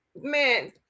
man